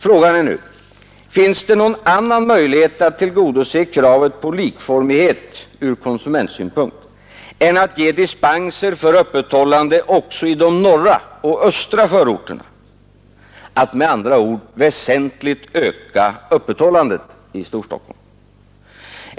Frågan är nu: Finns det någon annan möjlighet att tillgodose kravet på likformighet ur konsumentsynpunkt än att ge dispenser för öppethållande också i de norra och östra förorterna, att med andra ord väsentligt öka öppethållandet av affärer i Storstockholm?